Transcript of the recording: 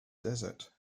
desert